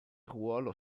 ruolo